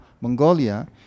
Mongolia